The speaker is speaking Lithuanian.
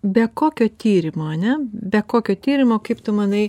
be kokio tyrimo ane be kokio tyrimo kaip tu manai